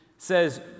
says